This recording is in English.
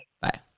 Bye